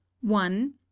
one